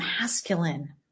masculine